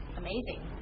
amazing